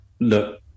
look